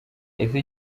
ese